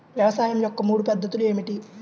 వ్యవసాయం యొక్క మూడు పద్ధతులు ఏమిటి?